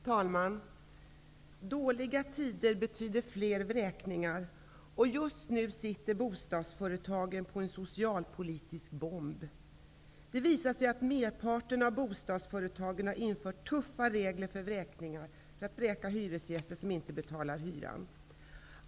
Fru talman! Dåliga tider betyder fler vräkningar. Just nu sitter bostadsföretagen på en socialpolitisk bomb. Det har visat sig att merparten av bostadsföretagen har infört tuffa regler för att vräka hyresgäster som inte betalar hyran.